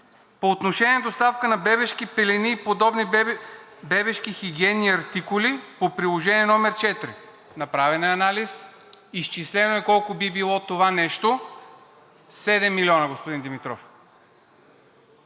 По отношение на доставка на бебешки пелени и подобни бебешки хигиенни артикули по Приложение № 4. Направен е анализ. Изчислено е колко би било това нещо – 7 милиона, господин Димитров.